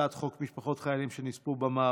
הצעת חוק משפחות חיילים שנספו של חבר הכנסת